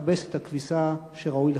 מכבס את הכביסה שראוי לכבס.